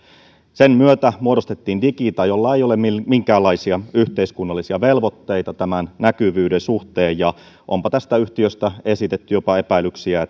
sen myötä muodostettiin digita jolla ei ole minkäänlaisia yhteiskunnallisia velvoitteita näkyvyyden suhteen ja onpa tästä yhtiöstä esitetty jopa epäilyksiä